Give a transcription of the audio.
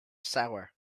sour